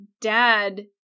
dad